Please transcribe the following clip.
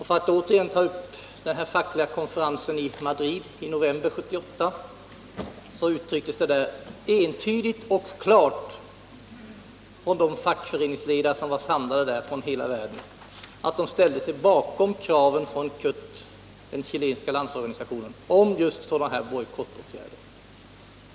För att återigen ta upp den fackliga konferensen i Madrid i november 1978 kan jag nämna att de fackföreningsledare från hela världen som var församlade entydigt och klart sade ifrån att de ställde sig bakom kraven från CUT, den chilenska landsorganisationen, när det gäller just sådana här bojkottåtgärder.